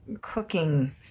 cooking